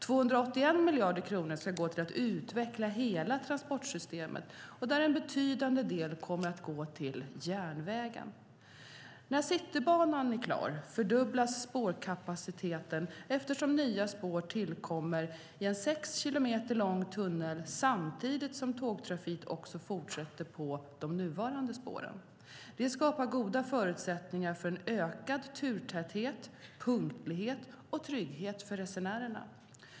281 miljarder kronor ska gå till att utveckla hela transportsystemet, där en betydande del kommer att gå till järnvägen. När Citybanan är klar fördubblas spårkapaciteten eftersom nya spår tillkommer i en sex kilometer lång tunnel samtidigt som tågtrafik också fortsätter på de nuvarande spåren. Detta skapar goda förutsättningar för en ökad turtäthet, punktlighet och trygghet för resenärerna.